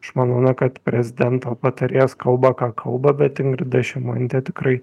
aš manau na kad prezidento patarėjas kalba ką kalba bet ingrida šimonytė tikrai